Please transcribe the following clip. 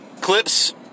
clips